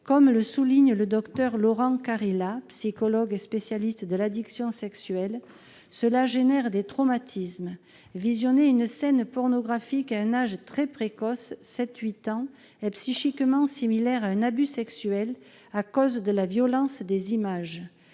Comme le souligne le docteur Laurent Karila, psychologue et spécialiste de l'addiction sexuelle, cela génère des traumatismes. Visionner une scène pornographique à un âge très précoce- 7 ou 8 ans -est psychiquement similaire à un abus sexuel, à cause de la violence des images.